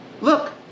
Look